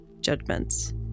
judgments